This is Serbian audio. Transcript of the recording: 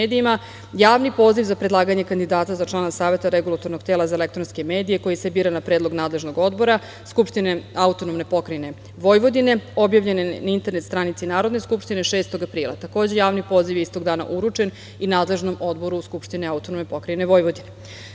Javni poziv za predlaganje kandidata za člana Saveta Regulatornog tela za elektronske medije koji se bira na predlog nadležnog odbora Skupštine AP Vojvodine objavljen je na internet stranici Narodne skupštine 6. aprila. Takođe, Javni poziv je istog dana uručen i nadležnom odboru Skupštine AP Vojvodine.